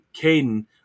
Caden